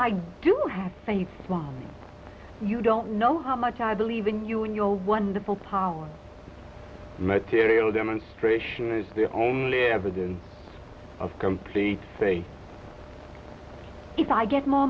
i do have faith when you don't know how much i believe in you and your wonderful power material demonstration is the only evidence of complete say if i get more